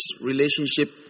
relationship